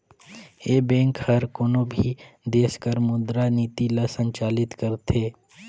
ए bank हर कोनो भी देस कर मुद्रा नीति ल संचालित करथे